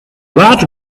large